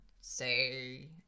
say